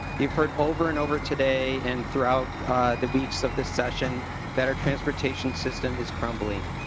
you have heard over and over today and throughout the weeks of the session that our transportation system is crumbling.